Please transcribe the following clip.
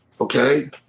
okay